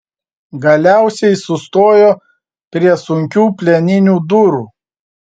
galiausiai sustojo prie sunkių plieninių durų